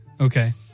Okay